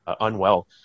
unwell